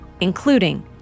including